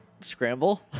Scramble